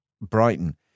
Brighton